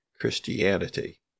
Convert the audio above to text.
Christianity